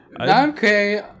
Okay